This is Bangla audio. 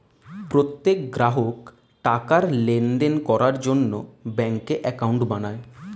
প্রত্যেক গ্রাহক টাকার লেনদেন করার জন্য ব্যাঙ্কে অ্যাকাউন্ট বানায়